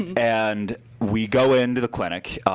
and we go into the clinic,